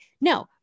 No